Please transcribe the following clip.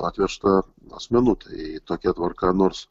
atvežta asmenų tai tokia tvarka nors